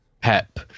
pep